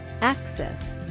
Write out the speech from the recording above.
Access